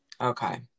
Okay